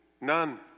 none